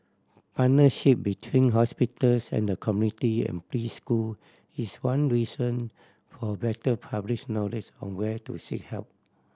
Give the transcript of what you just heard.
partnership between hospitals and the community and preschool is one reason for better public knowledge on where to seek help